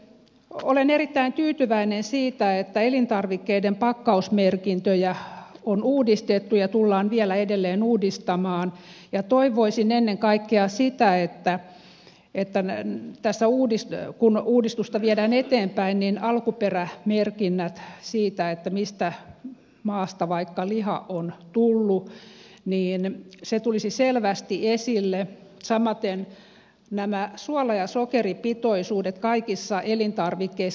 olen erittäin tyytyväinen siitä että elintarvikkeiden pakkausmerkintöjä on uudistettu ja tullaan vielä edelleen uudistamaan ja toivoisin ennen kaikkea sitä että kun uudistusta viedään eteenpäin niin alkuperämerkinnät vaikka siitä mistä maasta liha on tullut tulisivat selvästi esille samaten nämä suola ja sokeripitoisuudet kaikissa elintarvikkeissa